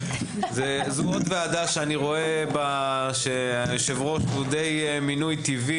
זו עוד ועדה שאני רואה שהיושב-ראש הוא מינוי די טבעי,